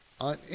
on